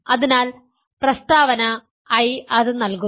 അതിനാൽ പ്രസ്താവന I അത് നൽകുന്നു